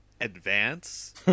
advance